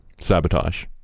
Sabotage